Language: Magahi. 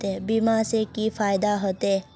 बीमा से की फायदा होते?